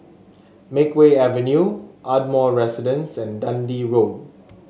Makeway Avenue Ardmore Residence and Dundee Road